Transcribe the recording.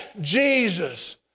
Jesus